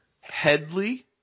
Headley